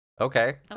okay